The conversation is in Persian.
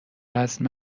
وزن